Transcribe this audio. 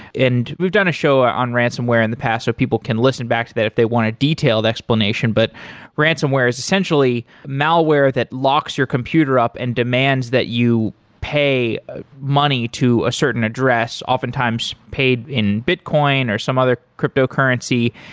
and we've done a show on ransomware in the past, so people can listen back to that if they want a detailed explanation but ransomware is essentially malware that locks your computer up and demands that you pay money to a certain address, oftentimes paid in bitcoin, or some other cryptocurrency.